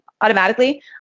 automatically